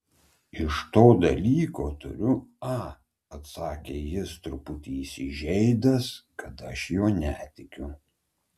iš to dalyko turiu a atsakė jis truputį įsižeidęs kad aš juo netikiu